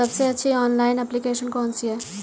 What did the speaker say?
सबसे अच्छी online application कौन सी है?